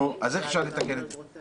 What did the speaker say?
נו, אז איך אפשר לתקן את זה?